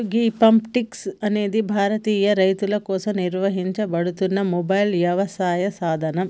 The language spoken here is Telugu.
అసలు గీ ప్లాంటిక్స్ అనేది భారతీయ రైతుల కోసం నిర్వహించబడుతున్న మొబైల్ యవసాయ సాధనం